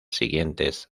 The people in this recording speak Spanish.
siguientes